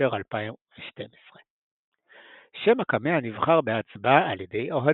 בספטמבר 2012. שם הקמע נבחר בהצבעה על ידי אוהדים.